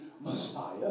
Messiah